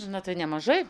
na tai nemažai